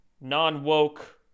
Non-woke